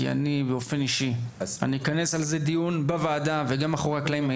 כי באופן אישי אני אכנס על זה דיון בוועדה וגם מאחורי הקלעים.